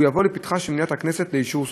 הוא יובא לפתחה של מליאת הכנסת לאישור סופי.